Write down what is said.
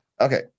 Okay